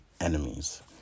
enemies